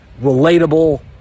relatable